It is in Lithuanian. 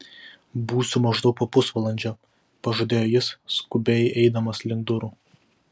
būsiu maždaug po pusvalandžio pažadėjo jis skubiai eidamas link durų